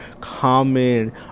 common